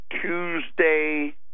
Tuesday